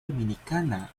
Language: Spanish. dominicana